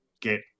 get